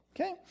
Okay